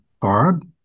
Barb